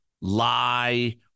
lie